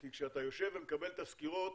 כי כשאתה יושב ומקבל את הסקירות